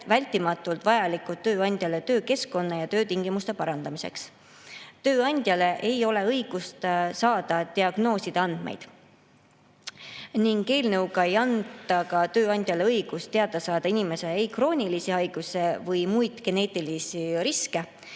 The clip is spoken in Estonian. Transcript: vältimatult vajalikud tööandjale nende tingimuste parandamiseks. Tööandjal ei ole õigust saada diagnooside andmeid ning eelnõuga ei anta ka tööandjale õigust teada saada ei inimese kroonilisi haigusi ega geneetilisi riske.